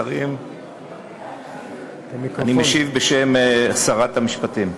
שרים, אני משיב בשם שרת המשפטים.